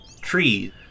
trees